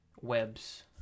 webs